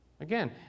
Again